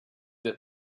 that